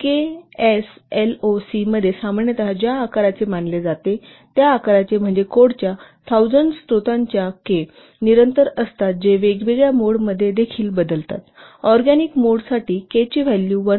KSLOC मध्ये सामान्यतः ज्या आकाराचे मानले जाते त्या आकाराचे म्हणजेच कोडच्या 1000 स्त्रोतांच्या 'K' निरंतर असतात जे वेगवेगळ्या मोडमध्ये देखील बदलतात ऑरगॅनिक मोड साठी 'K' चे व्हॅल्यू 1